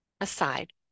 aside